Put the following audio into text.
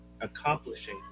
accomplishing